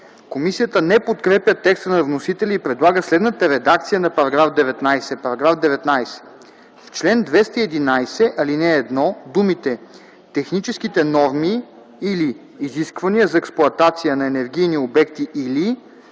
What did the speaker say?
Комисията не подкрепя текста на вносителя и предлага следната редакция на § 19: „§ 19. В чл. 211, ал. 1 думите „техническите норми или изисквания за експлоатация на енергийни обекти или”